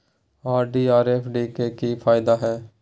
RD आर FD के की फायदा हय?